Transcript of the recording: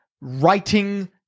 writing